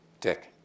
Dick